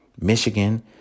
Michigan